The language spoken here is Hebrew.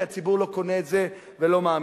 כי הציבור לא קונה את זה ולא מאמין.